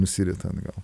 nusirita atgal